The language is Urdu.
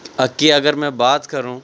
کہ اگر میں بات کروں